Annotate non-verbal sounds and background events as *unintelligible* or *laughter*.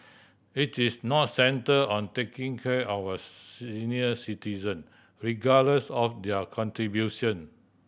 it is not centre on taking care of our *unintelligible* senior citizen regardless of their contribution